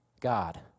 God